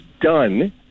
done